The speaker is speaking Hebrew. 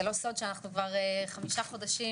זה לא סוד שאנחנו כבר חמישה חודשים,